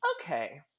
okay